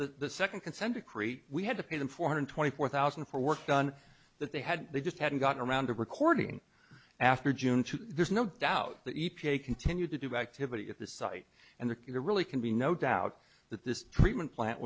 the second consent decree we had to pay them four hundred twenty four thousand for work done that they had they just hadn't gotten around to recording after june two there's no doubt the e p a continued to do activity at the site and the cure really can be no doubt that this treatment plant